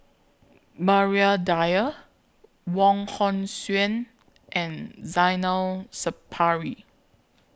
Maria Dyer Wong Hong Suen and Zainal Sapari